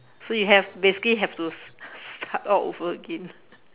so you have basically have to st~ start all over again